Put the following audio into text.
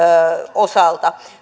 osalta